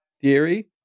theory